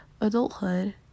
adulthood